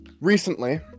recently